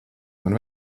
man